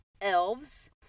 elves